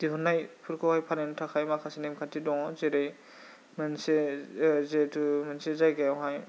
दिहुननायफोरखौहाय फाननायनि थाखाय माखासे नेमखान्थि दङ' जेरै मोनसे जिहेतु मोनसे जायगायावहाय